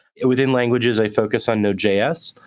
within languages, i focus on node js.